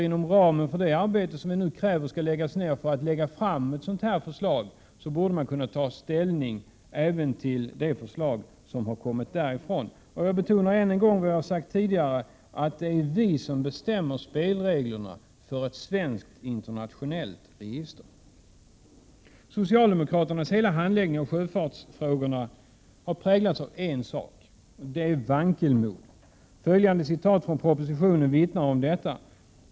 Inom ramen för det arbete som vi nu kräver skall ske för att få fram ett förslag borde man även kunna ta ställning till det förslag som Anna Wohlin-Andersson refererade till. Jag betonar än en gång vad jag har sagt tidigare, nämligen att det är vi som bestämmer spelreglerna för ett svenskt internationellt register. Socialdemokraternas handläggning av sjöfartsfrågorna har präglats av vankelmod. Följande citat från propositionen vittnar om detta.